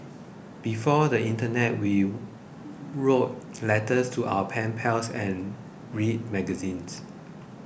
before the internet we wrote letters to our pen pals and read magazines